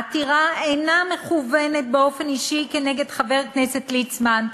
העתירה אינה מכוונת באופן אישי נגד חבר הכנסת ליצמן,